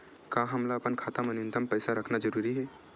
का हमला अपन खाता मा न्यूनतम पईसा रखना जरूरी हे?